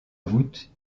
voûte